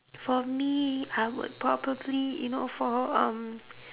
for me I would probably you know for um